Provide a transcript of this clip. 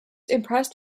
impressed